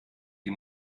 die